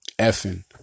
Effing